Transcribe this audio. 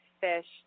fished